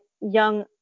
young